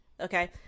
Okay